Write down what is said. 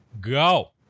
go